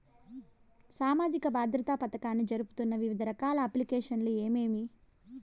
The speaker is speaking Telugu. సామాజిక భద్రత పథకాన్ని జరుపుతున్న వివిధ రకాల అప్లికేషన్లు ఏమేమి?